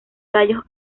tallos